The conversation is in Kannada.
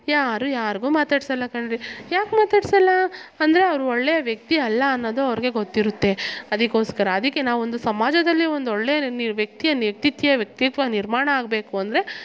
ಯಾರು ಯಾರಿಗು ಮಾತಾಡಿಸಲ್ಲ ಕಣ್ರಿ ಯಾಕೆ ಮಾತಾಡಿಸಲ್ಲ ಅಂದರೆ ಅವ್ರು ಒಳ್ಳೆಯ ವ್ಯಕ್ತಿ ಅಲ್ಲ ಅನ್ನೋದು ಅವ್ರಿಗೆ ಗೊತ್ತಿರುತ್ತೆ ಅದಕ್ಕೋಸ್ಕರ ಅದಕ್ಕೆ ನಾವೊಂದು ಸಮಾಜದಲ್ಲಿ ಒಂದು ಒಳ್ಳೆಯ ನಿ ವ್ಯಕ್ತಿಯ ವ್ಯಕ್ತಿತ್ಯ ವ್ಯಕ್ತಿತ್ವ ನಿರ್ಮಾಣ ಆಗಬೇಕು ಅಂದರೆ